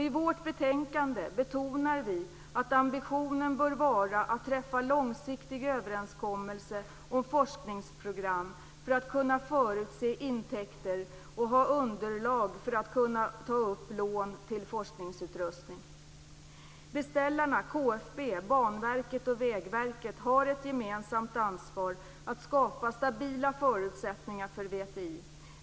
I vårt betänkande betonar vi att ambitionen bör vara att träffa långsiktiga överenskommelser om forskningsprogram för att kunna förutse intäkter och ha underlag för att kunna ta upp lån till forskningsutrustning. Beställarna KFB, Banverket och Vägverket har ett gemensamt ansvar för att skapa stabila förutsättningar för VTI.